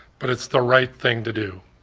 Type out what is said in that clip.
but it's the right thing to do.